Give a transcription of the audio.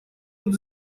вот